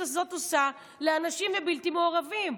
הזאת עושה לאנשים הבלתי-מעורבים.